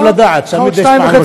עוד שתי דקות